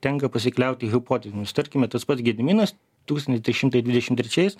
tenka pasikliauti hipotezėmis tarkime tas pats gediminas tūkstantis trys šimtai dvidešim trečiais